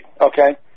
okay